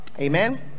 amen